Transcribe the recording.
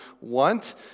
want